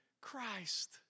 Christ